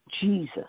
Jesus